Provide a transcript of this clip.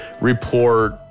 report